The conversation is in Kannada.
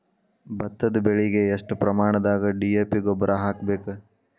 ಭತ್ತದ ಬೆಳಿಗೆ ಎಷ್ಟ ಪ್ರಮಾಣದಾಗ ಡಿ.ಎ.ಪಿ ಗೊಬ್ಬರ ಹಾಕ್ಬೇಕ?